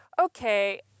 okay